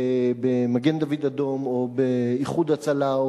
ובמגן-דוד-אדום או ב"איחוד הצלה",